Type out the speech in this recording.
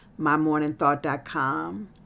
mymorningthought.com